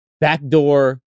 backdoor